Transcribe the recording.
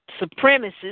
supremacists